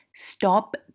Stop